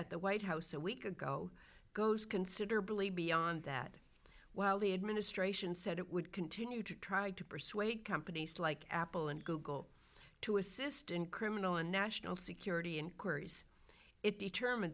at the white house a week ago goes considerably beyond that while the administration said it would continue to try to persuade companies like apple and google to assist in criminal and national security inquiries it determined